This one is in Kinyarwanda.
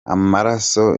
amaraso